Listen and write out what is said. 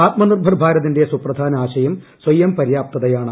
ആത്മനിർഭർ ഭാരതിന്റെ സുപ്രധാന ആശയം സ്വയം പര്യാപ്തതയാണ്